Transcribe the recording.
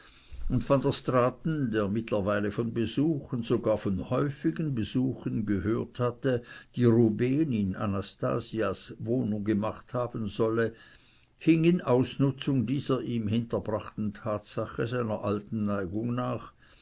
und van der straaten der mittlerweile von besuchen sogar von häufigen besuchen gehört hatte die rubehn in anastasias wohnung gemacht haben solle hing in ausnutzung dieser ihm hinterbrachten tatsache seiner alten neigung nach